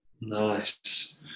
Nice